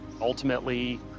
Ultimately